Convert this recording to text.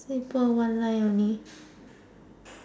paper one line only